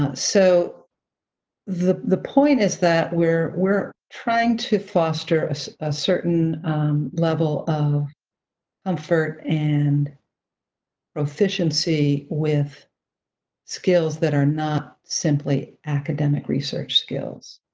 ah so the the point is that we're trying trying to foster a certain level of comfort and proficiency with skills that are not simply academic research skills.